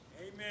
Amen